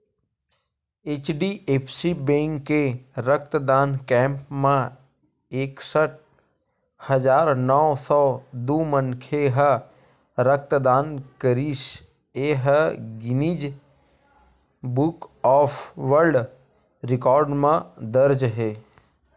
HDFC bank के रक्तदान camp म एकसट हजार नव सौ दू मनखे ह रक्तदान करिस ए ह Guinness book of world record म दर्ज हे